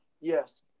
Yes